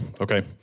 okay